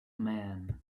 man